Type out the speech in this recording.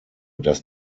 dass